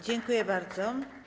Dziękuję bardzo.